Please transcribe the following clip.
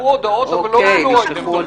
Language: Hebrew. נשלחו הודעות אבל לא --- אוקיי, נשלחו הודעות.